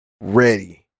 ready